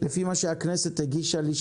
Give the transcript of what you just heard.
לפי מה שהכנסת הגישה לי,